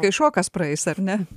kai šokas praeis ar ne